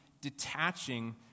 detaching